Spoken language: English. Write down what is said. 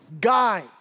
guide